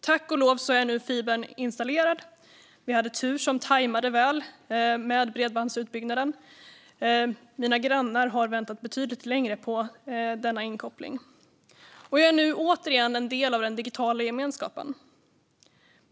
Tack och lov är nu fibern installerad. Vi hade tur som tajmade väl med bredbandsutbyggnaden - mina grannar har väntat betydligt längre på inkoppling. Jag är nu återigen en del av den digitala gemenskapen.